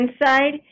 inside